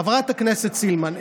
חברת הכנסת סילמן.